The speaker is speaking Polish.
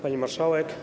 Pani Marszałek!